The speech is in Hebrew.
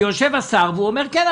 שיושב השר ואומר: כן,